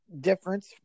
difference